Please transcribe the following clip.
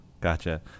gotcha